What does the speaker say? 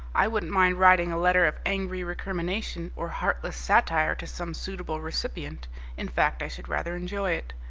i wouldn't mind writing a letter of angry recrimination or heartless satire to some suitable recipient in fact, i should rather enjoy it,